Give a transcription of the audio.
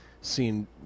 seen